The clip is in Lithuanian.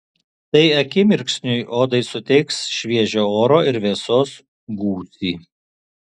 tai akimirksniui odai suteiks šviežio oro ir vėsos gūsį